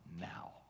now